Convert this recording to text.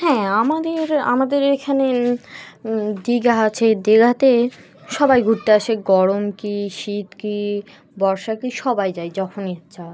হ্যাঁ আমাদের আমাদের এখানে দীঘা আছে দীঘাতে সবাই ঘুরতে আসে গরম কী শীত কী বর্ষা কী সবাই যায় যখনই